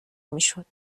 میشد